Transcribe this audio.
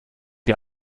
der